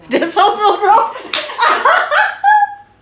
that sounds so wrong